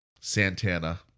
Santana